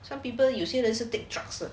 some people 有些人是 take drugs